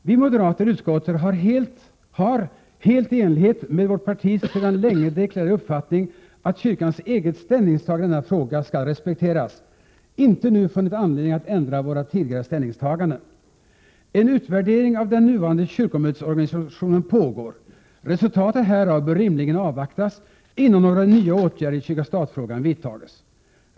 Vi moderater i utskottet har — helt i enlighet med vårt partis sedan länge deklarerade uppfattning att kyrkans eget ställningstagande i denna fråga skall respekteras = inte nu funnit anledning att ändra våra tidigare ställningstaganden. En utvärdering av den nuvarande kyrkomötesorganisationen pågår. Resultatet härav bör rimligen avvaktas innan några nya åtgärder i kyrka-stat-frågan vidtages.